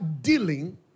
dealing